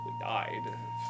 died